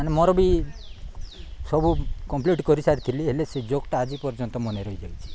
ମାନେ ମୋର ବି ସବୁ କମ୍ପ୍ଲିଟ୍ କରିସାରିଥିଲି ହେଲେ ସେ ଜୋକ୍ଟା ଆଜି ପର୍ଯ୍ୟନ୍ତ ମନେ ରହିଯାଇଛି